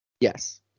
Yes